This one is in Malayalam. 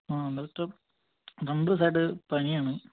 ആ ഡോക്ടർ രണ്ട് ദിവസമായിട്ട് പനിയാണ്